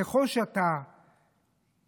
ככל שאתה